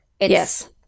Yes